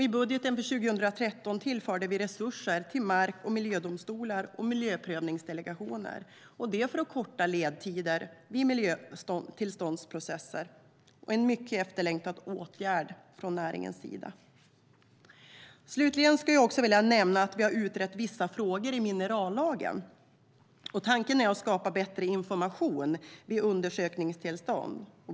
I budgeten för 2013 tillförde vi resurser till mark och miljödomstolar och miljöprövningsdelegationer för att korta ledtiderna vid miljötillståndsprocesser. Det är en mycket efterlängtad åtgärd från näringens sida. Jag skulle också vilja nämna att vi har utrett vissa frågor i minerallagen. Tanken är att få fram bättre information vid undersökningstillstånd.